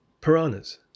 piranhas